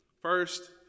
First